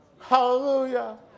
Hallelujah